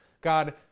God